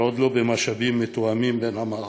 אבל עוד לא במשאבים מתואמים בין המערכות,